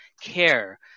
care